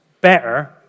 better